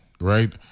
right